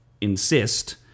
insist